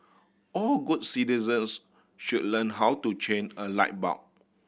all good citizens should learn how to change a light bulb